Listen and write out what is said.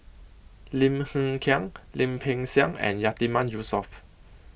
Lim Hng Kiang Lim Peng Siang and Yatiman Yusof